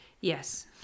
Yes